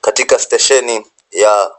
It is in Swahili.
Katika stesheni ya